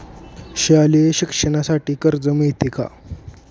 शालेय शिक्षणासाठी कर्ज मिळते का?